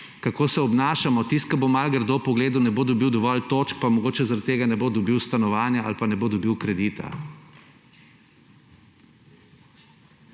kako se obnašamo. Tisti, ki bo malo grdo pogledal, ne bo dobil dovolj točk pa mogoče zaradi tega ne bo dobil stanovanja ali pa ne bo dobil kredita.